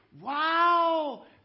Wow